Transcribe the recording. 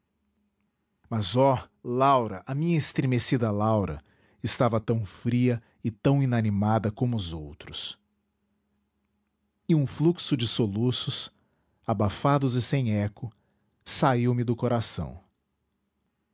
mas oh laura a minha estremecida laura estava tão fria e tão inanimada como os outros e um fluxo de soluços abafados e sem eco saiu-me do coração